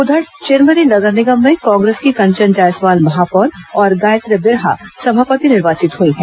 उधर चिरमिरी नगर निगम में कांग्रेस की कंचन जायसवाल महापौर और गायत्री बिरहा सभापति निर्वाचित हुई हैं